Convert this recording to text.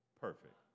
perfect